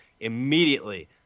immediately